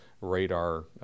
radar